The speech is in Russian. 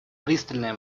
пристальное